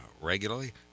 regularly